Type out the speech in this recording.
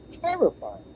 terrifying